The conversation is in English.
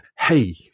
hey